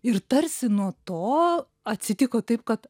ir tarsi nuo to atsitiko taip kad